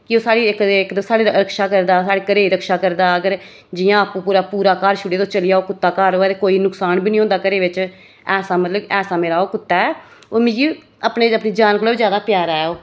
कि ओह् साढ़ी इक ते इक ते साढ़ी रक्षा करदा साढ़े घरै दी रक्षा करदा अगर जि'यां आपूं पूरा पूरा घर छोड़ियै तुस चली जाओ कुत्ता घर होऐ ते कोई नुक्सान बी निं होंदा घरै बिच ऐसा मतलब ऐसा मेरा ओह् कुत्ता ऐ ओह् मिगी अपने अपनी जान कोला बी जैदा प्यारा ऐ ओह्